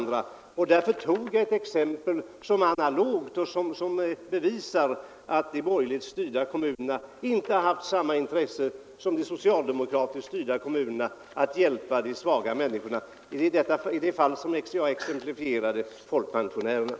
Därför tog jag ett exempel som är analogt och som belyser att de borgerligt styrda kommunerna inte haft samma intresse som de socialdemokratiskt styrda kommunerna att hjälpa de svaga människorna, dvs. folkpensionärerna i det här fallet.